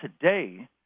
today